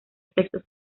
sexos